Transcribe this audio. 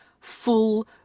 full